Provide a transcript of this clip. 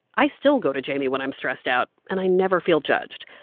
i still go to jaime when i'm stressed out, and i never feel judged.